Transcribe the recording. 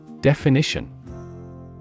Definition